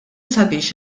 sabiex